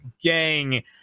gang